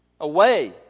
away